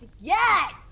yes